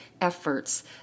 efforts